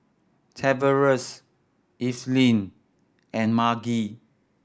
Tavares Evelyn and Margy